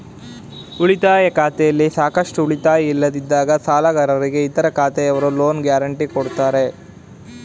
ಉಳಿತಾಯ ಖಾತೆಯಲ್ಲಿ ಸಾಕಷ್ಟು ಉಳಿತಾಯ ಇಲ್ಲದಿದ್ದಾಗ ಸಾಲಗಾರರಿಗೆ ಇತರ ಖಾತೆಯವರು ಲೋನ್ ಗ್ಯಾರೆಂಟಿ ಕೊಡ್ತಾರೆ